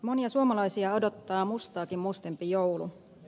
monia suomalaisia odottaa mustaakin mustempi joulu